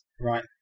Right